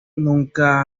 nunca